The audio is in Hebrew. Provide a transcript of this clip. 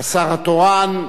השר התורן,